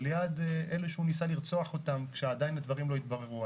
ליד אלה שהוא ניסה לרצוח אותם כשהדברים עדיין לא התבררו.